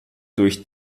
durch